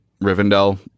Rivendell